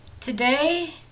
Today